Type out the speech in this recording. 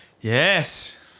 Yes